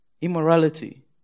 immorality